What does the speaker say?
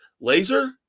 Laser